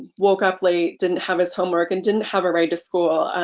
woke up late didn't have his homework and didn't have a ride to school.